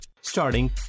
Starting